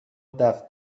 دفع